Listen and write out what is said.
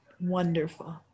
wonderful